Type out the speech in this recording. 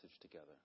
together